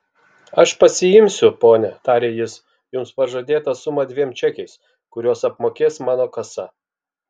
aš pasiimsiu ponia tarė jis jums pažadėtą sumą dviem čekiais kuriuos apmokės mano kasa